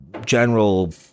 general